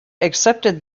accepted